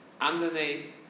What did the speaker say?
underneath